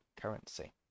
currency